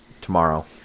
tomorrow